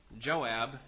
Joab